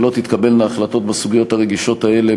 ולא תתקבלנה החלטות בסוגיות הרגישות האלה